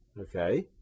Okay